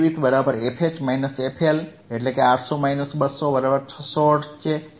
bandwidth બરાબર fH fL એટલે કે 800 200 600 હર્ટ્ઝ છે